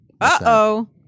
Uh-oh